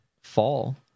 fall